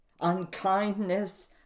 unkindness